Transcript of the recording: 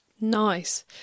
nice